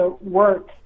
work